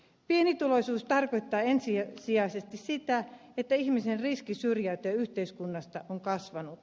pienituloisuus tarkoittaa ensisijaisesti sitä että ihmisen riski syrjäytyä yhteiskunnasta on kasvanut